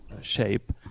shape